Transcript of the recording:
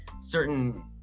certain